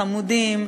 חמודים,